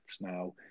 now